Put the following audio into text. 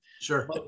Sure